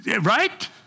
Right